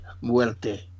Muerte